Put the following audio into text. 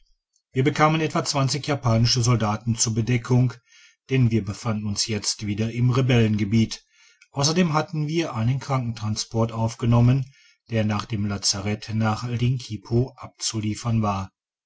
wir bekamen etwa japanische soldaten zur bedeckung denn wir befanden uns jetzt wieder im rebellengebiet ausserdem hatten wir einen krankentransport aufgenommen der nach dem lazarett nach linkipo abzuliefern war